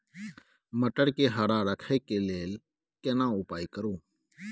मटर के हरा रखय के लिए केना उपाय करू?